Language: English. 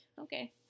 Okay